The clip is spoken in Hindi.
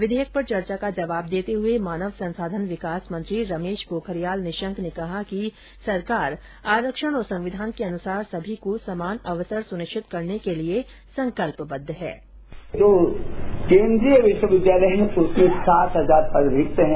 विधेयक पर चर्चा का जवाब देते हए मानव संसाधन विकास मंत्री रमेश पोखरियाल निशंक ने कहा कि सरकार आरक्षण और संविधान के अनुसार सभी को समान अवसर सुनिश्चित करने के लिए संकल्पबद्ध है